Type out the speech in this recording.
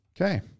Okay